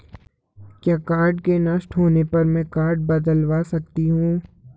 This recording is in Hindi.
क्या कार्ड के नष्ट होने पर में कार्ड बदलवा सकती हूँ?